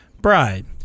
Bride